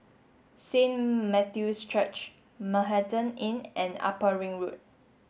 Saint Matthew's Church Manhattan Inn and Upper Ring Road